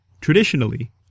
Traditionally